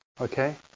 okay